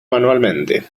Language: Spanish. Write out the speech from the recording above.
manualmente